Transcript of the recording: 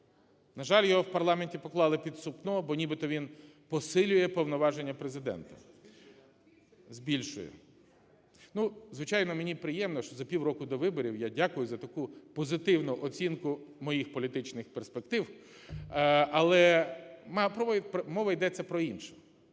На жаль, його в парламенті поклали "під сукно", бо нібито він посилює повноваження Президента, збільшує. Ну, звичайно, мені приємно, що за півроку до виборів, я дякую за таку позитивну оцінку моїх політичних перспектив. Але мова йде про інше.